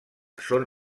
són